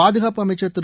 பாதுகாப்பு அமைச்சர் திரு